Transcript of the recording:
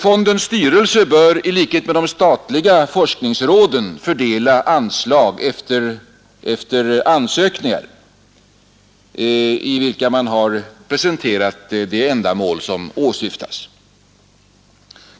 Fondens styrelse bör i likhet med de statliga forskningsråden fördela anslag efter ansökningar, i vilka man har presenterat det ändamål som åsyftas.